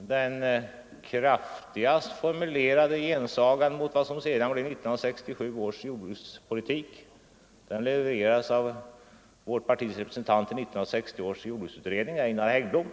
den kraftigast formulerade gensagan mot vad som sedan blev 1967 års jordbrukspolitik levererades av vårt partis representant i 1960 års jordbruksutredning, Einar Heggblom.